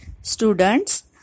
Students